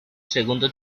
segundo